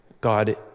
God